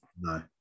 no